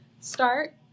start